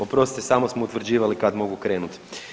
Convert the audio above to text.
Oprostite samo smo utvrđivali kad mogu krenut.